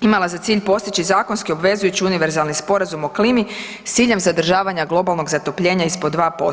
imala za cilj postići zakonski odvezujući univerzalni sporazum o klimi s ciljem zadržavanja globalnog zatopljenja ispod 2%